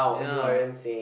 ya